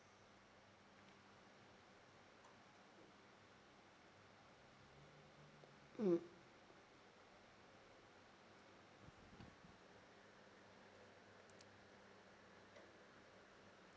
mm